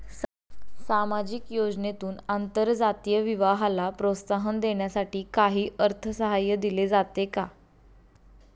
सामाजिक योजनेतून आंतरजातीय विवाहाला प्रोत्साहन देण्यासाठी काही अर्थसहाय्य दिले जाते का?